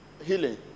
healing